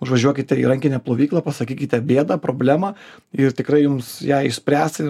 užvažiuokite į rankinę plovyklą pasakykite bėdą problemą ir tikrai jums ją išspręs ir